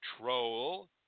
Troll